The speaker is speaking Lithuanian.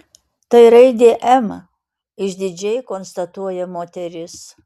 tai raidė m išdidžiai konstatuoja moteris